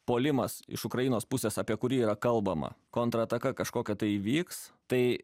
puolimas iš ukrainos pusės apie kurį yra kalbama kontrataka kažkokia tai įvyks tai